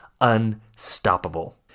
unstoppable